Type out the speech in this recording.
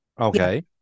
Okay